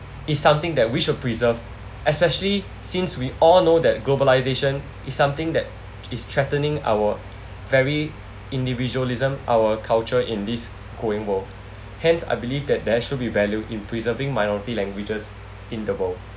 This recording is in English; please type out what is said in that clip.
is something that we should preserve especially since we all know that globalisation is something that is threatening our very individualism our culture in this growing world hence I believe that there should be value in preserving minority languages in the world